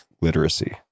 literacy